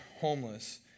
homeless